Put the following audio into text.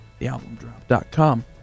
thealbumdrop.com